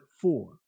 four